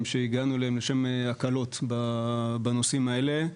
שהגענו אליהם שיש בהם הקלות בנושאים האלו,